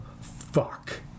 fuck